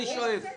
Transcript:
אני שואל.